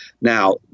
now